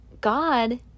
God